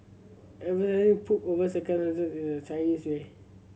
emphasising pomp over is the Chinese way